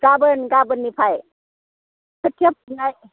गाबोन गाबोननिफ्राय खोथिया फुनाय